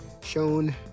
shown